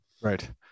Right